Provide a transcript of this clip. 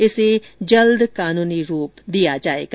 इसे जल्द कानूनी रूप दिया जायेगा